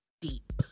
Deep